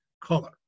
color